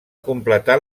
completar